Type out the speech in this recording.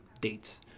Dates